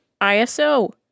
ISO